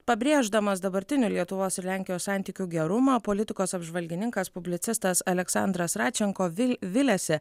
pabrėždamas dabartinių lietuvos ir lenkijos santykių gerumą politikos apžvalgininkas publicistas aleksandras radčenko vi viliasi